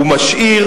משאיר